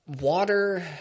Water